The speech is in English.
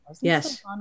yes